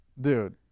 Dude